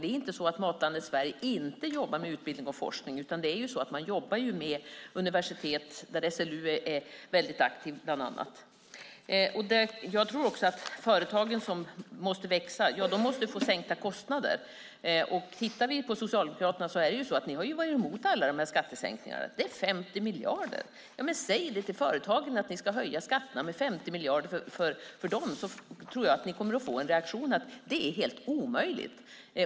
Det är inte så att Matlandet Sverige inte jobbar med utbildning och forskning. Man jobbar med universitet, där bland annat SLU är väldigt aktivt. Företagen som måste växa måste få sänkta kostnader. Tittar vi på vad Socialdemokraterna föreslår ser vi att ni varit emot alla skattesänkningar. Det är 50 miljarder. Om ni säger till företagen att ni ska höja skatterna med 50 miljarder för dem tror jag att ni kommer att få som reaktion: Det är helt omöjligt.